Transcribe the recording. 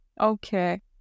Okay